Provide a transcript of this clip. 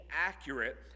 accurate